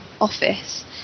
office